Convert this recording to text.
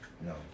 No